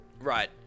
Right